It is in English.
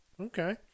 Okay